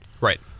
Right